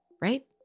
right